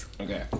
Okay